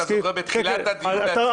רשות הדיבור לחבר